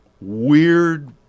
weird